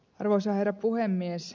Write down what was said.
arvoisa herra puhemies